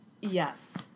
Yes